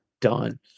done